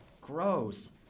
Gross